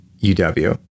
UW